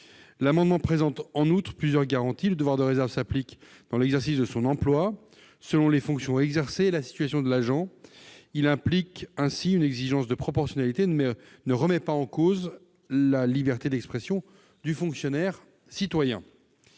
L'amendement présente en outre plusieurs garanties : le devoir de réserve s'applique dans l'exercice de l'emploi, selon les fonctions exercées et la situation de l'agent. Ainsi, il comprend une exigence de proportionnalité et ne remet pas en cause la liberté d'expression du fonctionnaire citoyen.